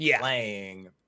playing